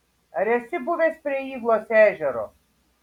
ar esi buvęs prie yglos ežero